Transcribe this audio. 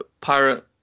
pirate